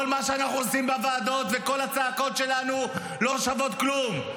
כל מה שאנחנו עושים בוועדות וכל הצעקות שלנו לא שוות כלום,